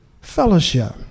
fellowship